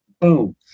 boom